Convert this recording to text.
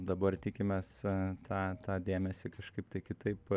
dabar tikimės tą tą dėmesį kažkaip tai kitaip